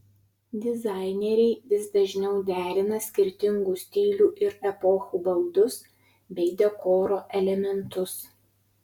dizaineriai vis dažniau derina skirtingų stilių ir epochų baldus bei dekoro elementus